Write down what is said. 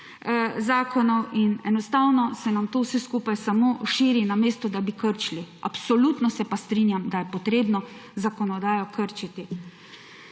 zakonov in enostavno se nam to vse skupaj samo širi, namesto da bi krčili. Absolutno se pa strinjam, da je potrebno zakonodajo krčiti